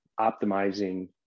optimizing